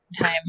time